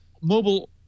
mobile